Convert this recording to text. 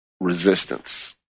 resistance